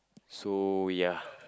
so ya